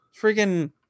freaking